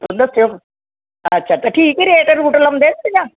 ਦੱਸਿਓ ਅੱਛਾ ਤੇ ਠੀਕ ਰੇਟ ਰੁਟ ਲਾਉਂਦੇ ਤੇ ਜਾਂ